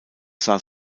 sah